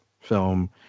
film